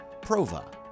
Prova